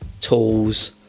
tools